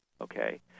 Okay